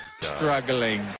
Struggling